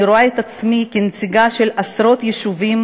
אני רואה את עצמי כנציגה של עשרות יישובים